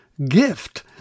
Gift